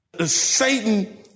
Satan